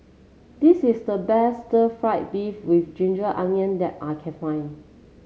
this is the best Stir Fried Beef with Ginger Onions that I can find